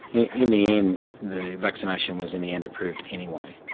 in the end, the vaccination was in the end approved anyway.